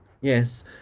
Yes